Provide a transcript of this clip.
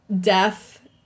death